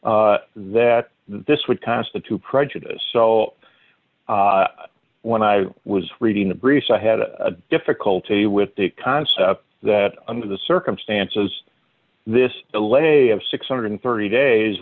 cause that this would constitute prejudice so when i was reading the briefs i had a difficulty with the concept that under the circumstances this delay of six hundred and thirty days